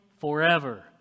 forever